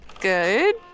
good